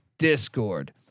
discord